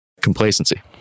complacency